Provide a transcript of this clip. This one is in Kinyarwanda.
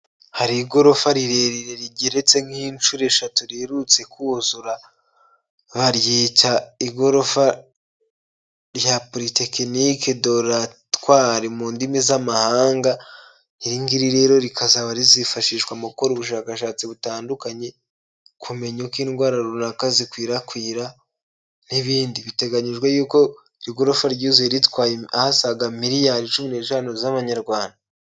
Hari igorofa rirerire rigeretse nk'inshuro eshatu riherutse kuzura. Baryita igorofa rya Polytechnique d'etoire mu ndimi z'amahanga, iri ngiri rero rikazaba rizifashishwa mu gukora ubushakashatsi butandukanye, kumenya uko indwara runaka zikwirakwira n'ibindi. Biteganyijwe y'uko iri gorofa ryuzuye ritwaye asaga miliyari cumi n'eshanu z'amanyarwanda.